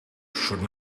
should